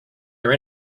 our